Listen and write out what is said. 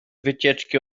wycieczki